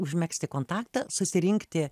užmegzti kontaktą susirinkti